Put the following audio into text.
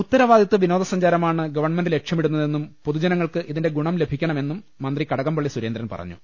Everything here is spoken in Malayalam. ഉത്തരവാദിത്വ വിനോദസഞ്ചാരമാണ് ഗവൺമെന്റ് ലക്ഷ്യമി ടുന്നതെന്നും പൊതുജനങ്ങൾക്ക് ഇതിന്റെ ഗുണം ലഭിക്കണ മെന്നും മന്ത്രി കടകംപള്ളി സുരേന്ദ്രൻ പറഞ്ഞു